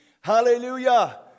Hallelujah